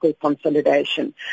consolidation